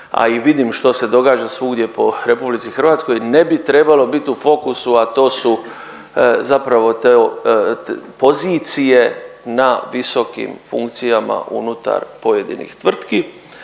a i vidim što se događa svugdje po RH ne bi trebalo bit u fokusu, a to su zapravo pozicije na visokim funkcijama unutar pojedinih tvrtki,